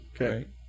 okay